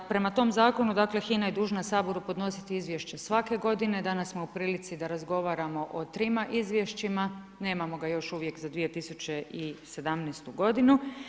Prema tome zakonu HINA je dužna Saboru podnositi izvješće svake godine, danas smo u prilici da razgovaramo o trima izvješćima, nemamo ga još uvijek za 2017. godinu.